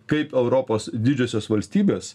kaip europos didžiosios valstybės